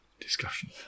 discussion